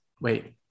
Wait